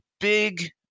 big